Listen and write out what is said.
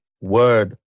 word